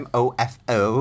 Mofo